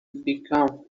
became